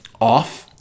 off